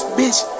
bitch